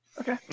okay